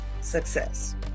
success